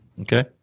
okay